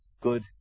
good